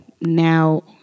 Now